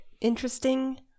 interesting